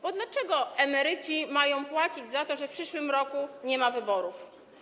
Bo dlaczego emeryci mają płacić za to, że w przyszłym roku nie ma wyborów?